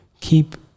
keep